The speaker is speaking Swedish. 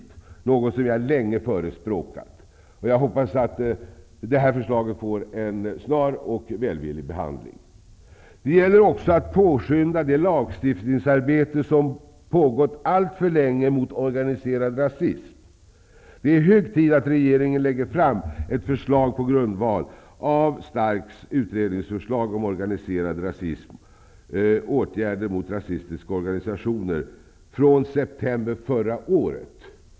Det är något som jag länge förespråkat. Jag hoppas att detta förslag får en snar och välvillig behandling. Det gäller också att påskynda det lagstiftningsarbete mot organiserad rasism som pågått alltför länge. Det är hög tid att regeringen lägger fram ett förslag på grundval av Starks utredningsförslag ''Organiserad rasism, åtgärder mot rasistiska organisationer'' från september förra året.